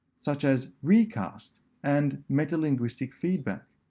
such as recast and meta-linguistic feedback.